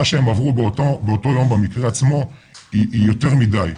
שהם עברו באותו יום במקרה עצמו היא יותר מדי,